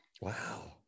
Wow